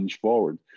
forward